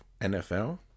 NFL